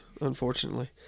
unfortunately